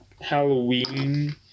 Halloween